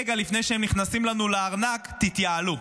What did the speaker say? רגע לפני שהם נכנסים לנו לארנק, תתייעלו.